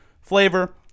flavor